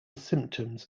symptoms